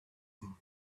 them